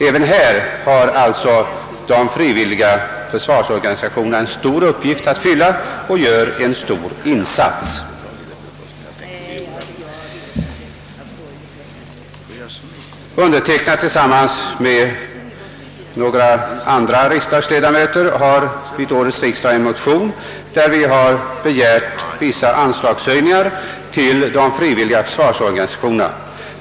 Även på detta område har de frivilliga organisationerna en stor uppgift att fylla och gör beaktansvärda insatser. Jag har tillsammans med några andra riksdagsledamöter väckt en motion vid årets riksdag, i vilken vi begär vissa anslagshöjningar till de frivilliga försvarsorganisationerna.